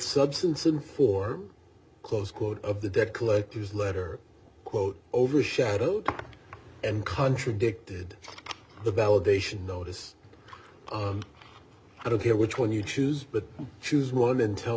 substance and for close quote of the debt collectors letter quote overshadowed and contradicted the validation notice i don't care which one you choose but choose one and tell